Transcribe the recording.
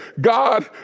God